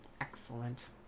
Excellent